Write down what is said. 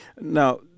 Now